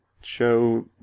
show